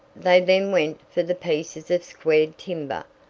they then went for the pieces of squared timber,